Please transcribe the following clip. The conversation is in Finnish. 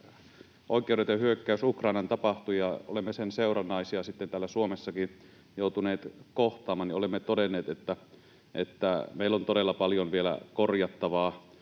oikeudeton hyökkäys Ukrainaan tapahtui ja olemme sen seurannaisia sitten täällä Suomessakin joutuneet kohtaamaan, niin olemme todenneet, että meillä on todella paljon vielä korjattavaa